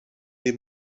den